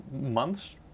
months